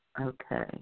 okay